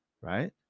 right